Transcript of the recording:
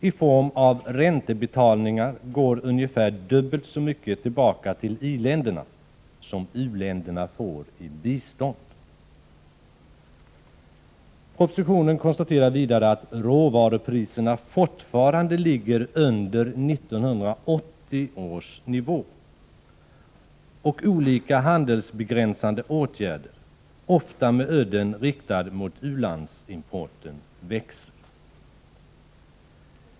I form av räntebetalningar går ungefär dubbelt så mycket tillbaka till i-länderna som u-länderna får i bistånd. Det konstateras också att råvarupriserna fortfarande ligger under 1980 års nivå och att antalet handelsbegränsande åtgärder, ofta med udden riktad mot u-landsimporten, växer.